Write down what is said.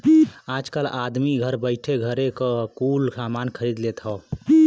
आजकल आदमी घर बइठे घरे क कुल सामान खरीद लेत हौ